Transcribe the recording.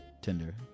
Tinder